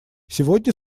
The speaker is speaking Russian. сегодня